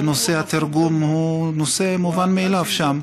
שהתרגום הוא מובן מאליו שם,